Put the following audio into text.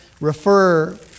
refer